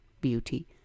beauty